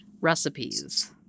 recipes